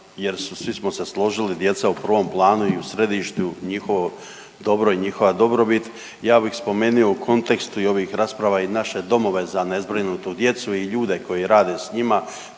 jer svi smo se složili djeca u prvom planu i u središtu njihovo dobro i njihova dobrobit. Ja bih spomenuo u kontekstu i ovih rasprava i naše domove za nezbrinutu djecu i ljude koji rade s njima